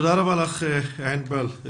תודה רבה לך, ענבל.